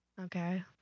Okay